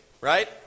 right